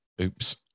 oops